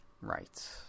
Right